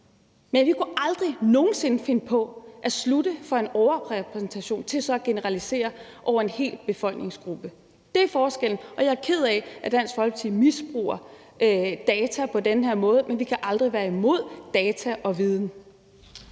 men vi kunne aldrig nogen sinde finde på at slutte fra det, at der er en overrepræsentation, at man så kan generalisere en hel befolkningsgruppe. Det er forskellen, og jeg er ked af, at Dansk Folkeparti misbruger data på den her måde. Men vi kan aldrig være imod data og viden.